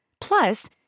Plus